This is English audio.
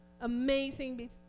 Amazing